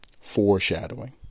Foreshadowing